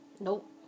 Nope